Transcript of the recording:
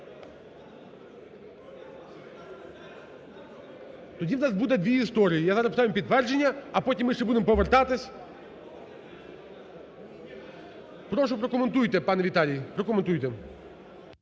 Тоді у нас буде дві історії: я зараз ставлю на підтвердження, а потім ми ще будемо повертатись… Прошу, прокоментуйте, пане Віталій, прокоментуйте.